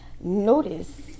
notice